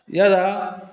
यदा